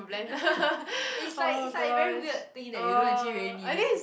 it's like it's like very weird thing that you don't actually really need it